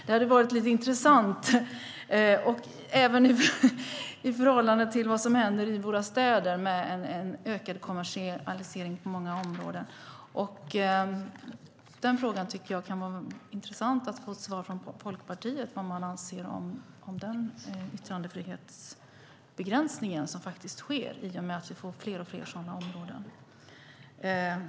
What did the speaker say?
Det hade varit intressant att veta, även i förhållande till vad som händer i våra städer med ökad kommersialisering på många områden. Den frågan kan det vara intressant att få ett svar på från Folkpartiet, vad man anser om den yttrandefrihetsbegränsning som faktiskt sker i och med att vi får fler och fler sådana områden.